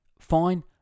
fine